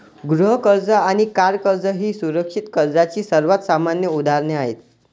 गृह कर्ज आणि कार कर्ज ही सुरक्षित कर्जाची सर्वात सामान्य उदाहरणे आहेत